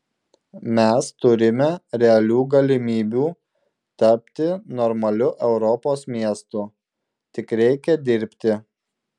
mes turime realių galimybių tapti normaliu europos miestu tik reikia dirbti